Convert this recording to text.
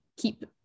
keep